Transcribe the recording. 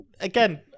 Again